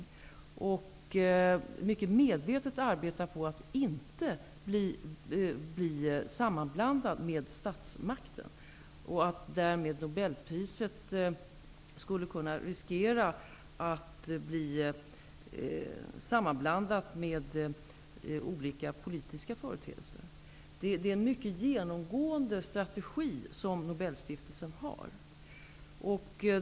Nobelstiftelsen arbetar mycket medvetet på att inte bli sammanblandad med statsmakten så att nobelpriset därmed skulle kunna riskera att bli sammanblandat med olika politiska företeelser. Det är en mycket genomgående strategi från Nobelstiftelsens sida.